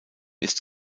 ist